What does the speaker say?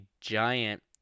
giant